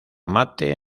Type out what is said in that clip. mate